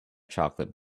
chocolate